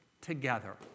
together